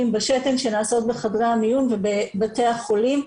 בשתן שנעשות בחדרי המיון ובבתי החולים,